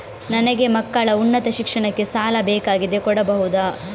ನನಗೆ ಮಕ್ಕಳ ಉನ್ನತ ಶಿಕ್ಷಣಕ್ಕೆ ಸಾಲ ಬೇಕಾಗಿದೆ ಕೊಡಬಹುದ?